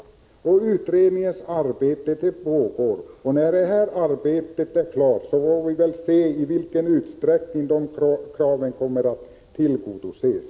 Utredningens arbete pågår och när det arbetet är klart får vi se i vilken utsträckning de kraven kommer att tillgodoses.